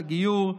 הגיור,